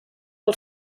per